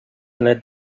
led